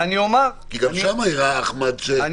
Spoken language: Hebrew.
כי גם שם הראה אחמד שיש ירידה.